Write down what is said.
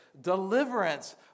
deliverance